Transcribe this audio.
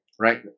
Right